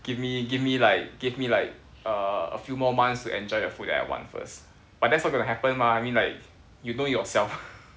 give me give me like give me like err a few more months to enjoy the food that I want first but that's not gonna happen mah I mean like you know yourself